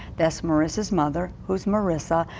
that's marissa's mother. whose marissa.